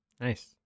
nice